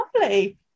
lovely